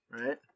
right